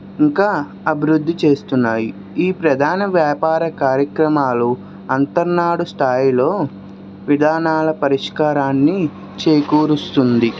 ఇంకా అభివృద్ధి చేస్తున్నాయి ఈ ప్రధాన వ్యాపార కార్యక్రమాలు అంతర్నాడు స్థాయిలో విధానాల పరిష్కారాన్ని చేకూరుస్తుంది